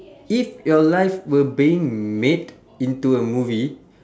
if your life were being made into a movie